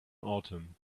autumn